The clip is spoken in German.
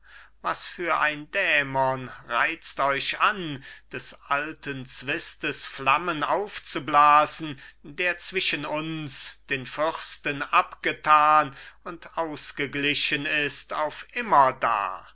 was für ein dämon reizt euch an des alten zwistes flammen aufzublasen der zwischen uns den fürsten abgethan und ausgeglichen ist auf immerdar